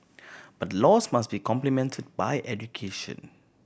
but laws must be complemented by education